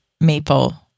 maple